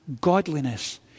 godliness